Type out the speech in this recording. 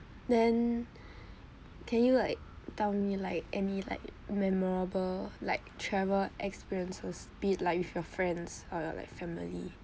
then can you like tell me like any like memorable like travel experiences be it like with your friends or your like family